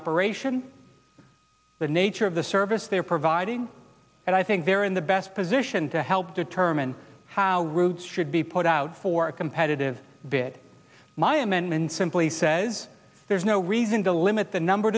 operation the nature of the service they're providing and i think they're in the best position to help determine how rude should be put out for a competitive bid my amendment simply says there's no reason to limit the number